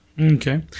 Okay